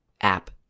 app